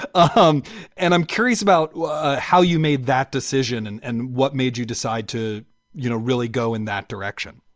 ah um and i'm curious about how you made that decision and and what made you decide to you know really go in that direction